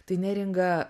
tai neringa